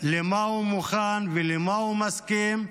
למה הוא מוכן ולמה הוא מסכים,